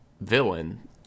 villain